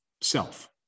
self